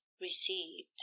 received